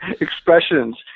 expressions